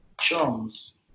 chums